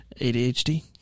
ADHD